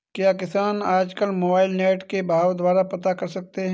क्या किसान आज कल मोबाइल नेट के द्वारा भाव पता कर सकते हैं?